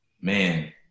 Man